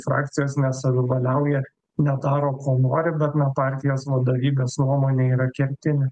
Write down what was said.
frakcijos nesavivaliauja nedaro ko nori bet nuo partijos vadovybės nuomonė yra kertinė